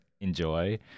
enjoy